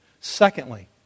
Secondly